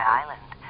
island